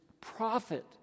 prophet